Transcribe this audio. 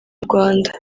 rwanda